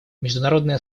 международное